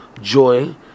joy